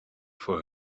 for